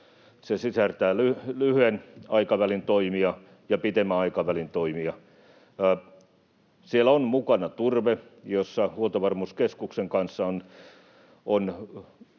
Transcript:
aikavälin toimia ja pitemmän aikavälin toimia. Siellä on mukana turve, jossa Huoltovarmuuskeskuksen kanssa on